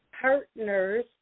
partners